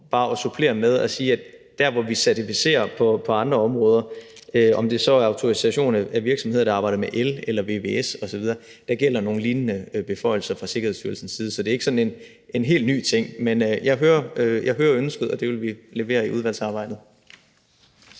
bare at supplere med at sige, at der, hvor vi certificerer på andre områder – det kan være autorisationer af virksomheder, der arbejder med el, vvs osv. – gælder der nogle lignende beføjelser fra Sikkerhedsstyrelsens side. Så det er ikke sådan en helt ny ting. Men jeg hører ønsket, og det vil vi levere i udvalgsarbejdet.